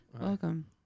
Welcome